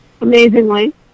amazingly